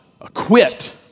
acquit